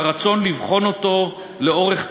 והרצון הוא לבחון אותו לאורך תקופה.